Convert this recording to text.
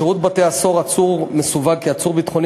בשירות בתי-הסוהר עצור מסווג כעצור ביטחוני